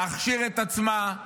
להכשיר את עצמה,